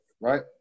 right